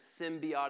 symbiotic